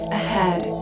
ahead